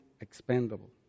expendable